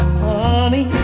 honey